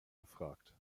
befragt